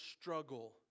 struggle